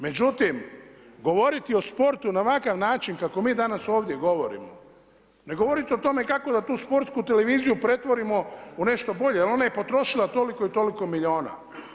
Međutim govoriti o sportu na ovakav način kako mi danas ovdje govorimo, ne govoriti o tome kako da tu sportsku televiziju pretvorimo u nešto bolje jer ona je potrošila i toliko milijuna.